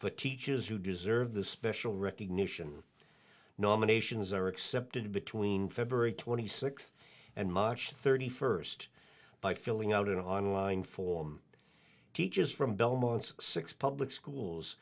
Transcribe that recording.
for teaches who deserve the special recognition nominations are accepted between february twenty sixth and march thirty first by filling out an online form teachers from belmont's six public schools